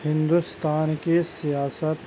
ہندوستان کی سیاست